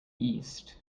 east